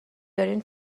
دارین